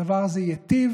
הדבר זה ייטיב